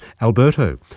Alberto